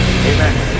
Amen